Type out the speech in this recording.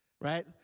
right